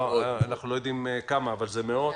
אנחנו לא יודעים כמה אבל זה מאות.